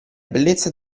bellezza